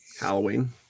Halloween